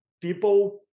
people